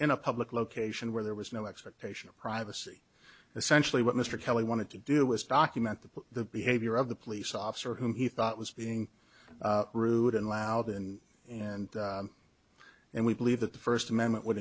in a public location where there was no expectation of privacy essentially what mr kelly wanted to do was document the book the behavior of the police officer whom he thought was being rude and loud and and and we believe that the first amendment would